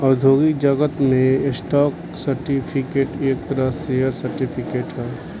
औद्योगिक जगत में स्टॉक सर्टिफिकेट एक तरह शेयर सर्टिफिकेट ह